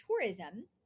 tourism